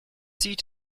seat